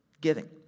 giving